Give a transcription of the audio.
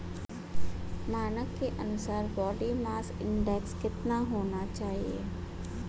मानक के अनुसार बॉडी मास इंडेक्स कितना होना चाहिए?